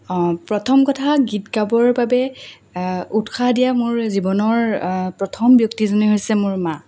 অঁ প্ৰথম কথা গীত গাবৰ বাবে উৎসাহ দিয়া মোৰ জীৱনৰ প্ৰথম ব্যক্তিজনেই হৈছে মোৰ মা